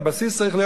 הבסיס צריך להיות,